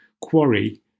Quarry